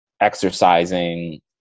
exercising